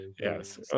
Yes